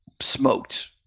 smoked